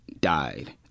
died